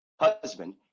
husband